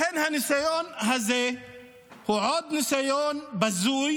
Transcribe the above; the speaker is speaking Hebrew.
לכן, הניסיון הזה הוא עוד ניסיון בזוי